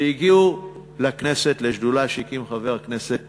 שהגיעו לכנסת לשדולה שהקים חבר הכנסת